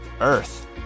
earth